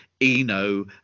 Eno